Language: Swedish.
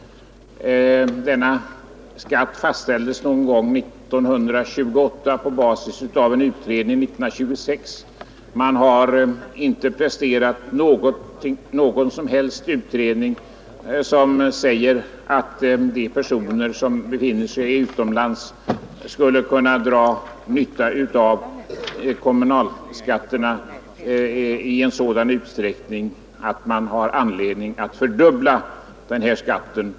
Denna skatt fastställdes någon gång 1928 på basis av en utredning från 1926. Det har emellertid inte gjorts någon utredning som kan påvisa att de personer som befinner sig utomlands skulle kunna dra nytta av kommunalskatten i en sådan utsträckning att det finns anledning att fördubbla den.